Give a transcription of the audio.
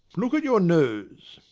look at your nose.